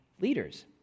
leaders